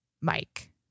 Mike